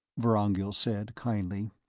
vorongil said kindly.